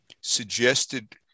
suggested